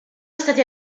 state